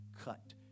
cut